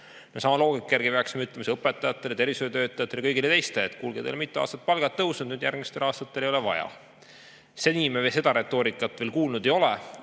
Sama loogika järgi peaksime ütlema ka õpetajatele, tervishoiutöötajatele ja kõigile teistele, et kuulge, teil on mitu aastat palgad tõusnud, nüüd järgmistel aastatel ei ole vaja. Seni me seda retoorikat veel kuulnud ei ole,